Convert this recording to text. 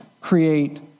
create